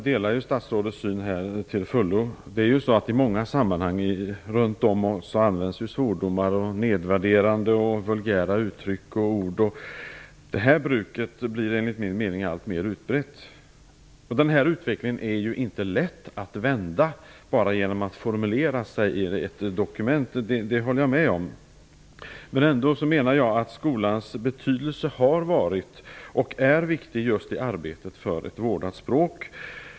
Herr talman! Jag delar till fullo statsrådets syn. I många sammanhang runt omkring oss används svordomar samt nedvärderande och vulgära ord och uttryck, och detta bruk blir enligt min mening alltmer utbrett. Jag håller med om att det inte är lätt att vända denna utveckling bara genom att formulera sig i ett dokument, men jag menar ändå att skolans betydelse har varit och är stor just i arbetet för ett vårdat språk.